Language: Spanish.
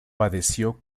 padeció